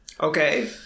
Okay